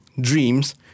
dreams